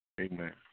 Amen